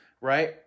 right